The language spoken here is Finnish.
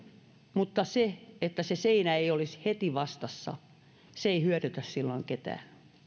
mutta että se seinä ei olisi heti vastassa se ei hyödytä silloin ketään